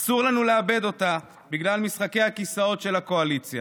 אסור לנו לאבד אותה בגלל משחקי הכיסאות של הקואליציה.